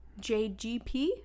JGP